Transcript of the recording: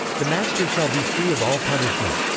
the master shall be free of all punishment.